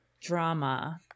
drama